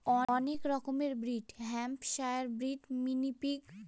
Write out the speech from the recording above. অনেক রকমের breed Hampshire breed, mini pig